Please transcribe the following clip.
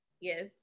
Yes